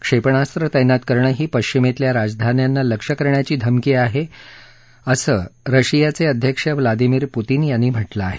क्षेपणास्र तैनात करणं ही पश्चिमेतल्या राजधान्यांना लक्ष्य करण्याची धमकी आहे असं रशियाचे अध्यक्ष व्लादिमीर पुतीन यांनी म्हटलं आहे